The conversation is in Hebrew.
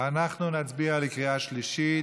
אנחנו נצביע בקריאה שלישית.